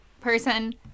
person